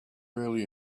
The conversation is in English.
really